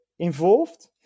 involved